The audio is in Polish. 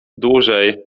dłużej